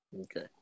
Okay